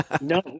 No